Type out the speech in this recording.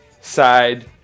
side